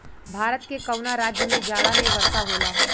भारत के कवना राज्य में जाड़ा में वर्षा होला?